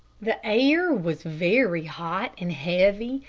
the air was very hot and heavy,